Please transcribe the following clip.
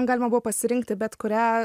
galima buvo pasirinkti bet kurią